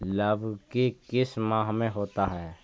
लव की किस माह में होता है?